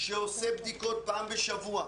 שעושה בדיקות פעם בשבוע,